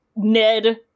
Ned